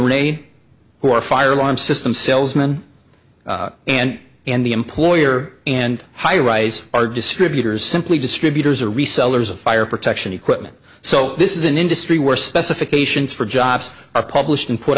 are fire alarm system salesman and and the employer and highrise our distributors simply distributors or resellers of fire protection equipment so this is an industry where specifications for jobs are published and put